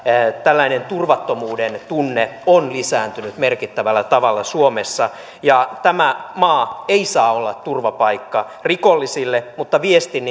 tällainen turvattomuuden tunne on lisääntynyt merkittävällä tavalla suomessa ja tämä maa ei saa olla turvapaikka rikollisille mutta viestin